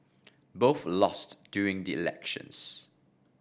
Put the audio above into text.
both lost during the elections